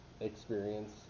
experience